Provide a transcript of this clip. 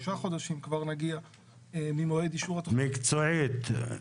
חודשים ממועד אישור התכנית --- מקצועית,